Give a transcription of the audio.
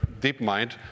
DeepMind